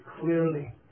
clearly